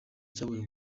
cyabonye